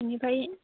बेनिफ्राय